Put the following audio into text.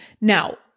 Now